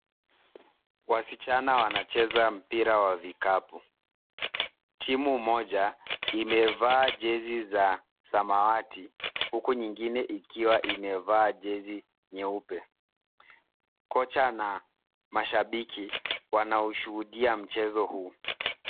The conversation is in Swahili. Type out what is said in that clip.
Wasichana wanacheza mpira wa vikapu. Timu moja imevaa jezi za samawati, huku nyingine ikiwa imevaa jezi nyeupe. Kocha na mashabiki wanaushuhudia mchezo huu.